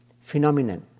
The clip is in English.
phenomenon